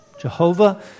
Jehovah